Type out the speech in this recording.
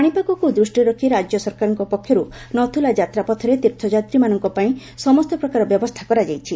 ପାଣିପାଗକୁ ଦୃଷ୍ଟିରେ ରଖି ରାଜ୍ୟ ସରକାରଙ୍କ ପକ୍ଷରୁ ନଥୁଲା ଯାତ୍ରା ପଥରେ ତୀର୍ଥଯାତ୍ରୀମାନଙ୍କ ପାଇଁ ସମସ୍ତ ପ୍ରକାର ବ୍ୟବସ୍ଥା କରାଯାଇଛି